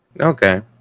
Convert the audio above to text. Okay